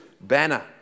Banner